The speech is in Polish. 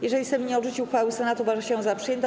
Jeżeli Sejm nie odrzuci uchwały Senatu, uważa się ją za przyjętą.